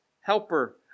helper